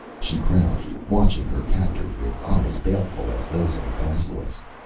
she crouched, watching her captor with eyes baleful as those of a basilisk.